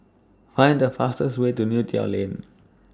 Find The fastest Way to Neo Tiew Lane